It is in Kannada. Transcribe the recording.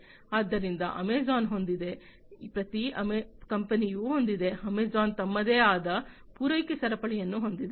ಆದ್ದರಿಂದ ಅಮೆಜಾನ್ ಹೊಂದಿದೆ ಪ್ರತಿ ಕಂಪನಿಯು ಹೊಂದಿದೆ ಅಮೆಜಾನ್ ತಮ್ಮದೇ ಆದ ಪೂರೈಕೆ ಸರಪಳಿಯನ್ನು ಹೊಂದಿದೆ